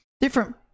different